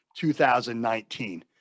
2019